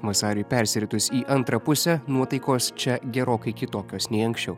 vasariui persiritus į antrą pusę nuotaikos čia gerokai kitokios nei anksčiau